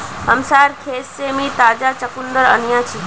हमसार खेत से मी ताजा चुकंदर अन्याछि